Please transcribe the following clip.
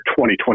2020